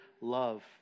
love